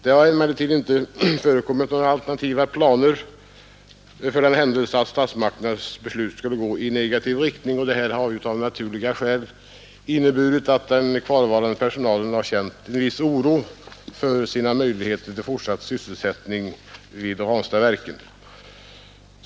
Det har emellertid inte förekommit några alternativa planer för den händelse att statsmakternas beslut skulle gå i negativ riktning. Detta har av naturliga skäl inneburit att den kvarvarande personalen känt en viss oro för sina möjligheter till fortsatt sysselsättning vid Ranstadsverket.